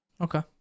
okay